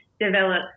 develop